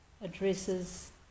addresses